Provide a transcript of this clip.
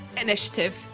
initiative